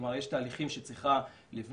יש תהליכים שהיא צריכה לבנות,